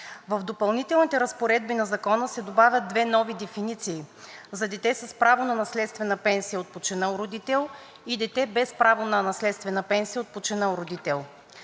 В Допълнителните разпоредби на Закона се добавят две нови дефиниции: „за дете с право на наследствена пенсия от починал родител“ и „дете без право на наследствена пенсия от починал родител“.